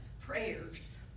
prayers